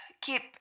keep